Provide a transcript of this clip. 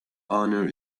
honour